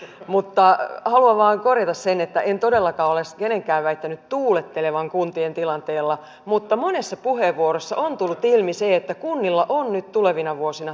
mutta haluan vain korjata sen että en todellakaan ole kenenkään väittänyt tuulettelevan kuntien tilanteella mutta monessa puheenvuorossa on tullut ilmi se että kunnilla on nyt tulevina vuosina työrauha